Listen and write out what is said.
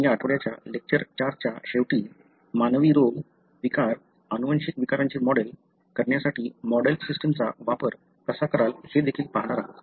आपण या आठवड्याच्या लेक्चर 4 च्या शेवटी मानवी रोग विकार अनुवांशिक विकारांचे मॉडेल करण्यासाठी मॉडेल सिस्टमचा वापर कसा कराल हे देखील पाहणार आहोत